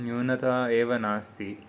न्यूनता एव नास्ति